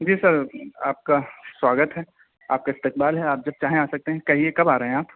جی sir آپ کا سواگت ہے آپ کا استقبال ہے آپ جب چاہیں آ سکتے ہیں کہیے کب آ رہے ہیں آپ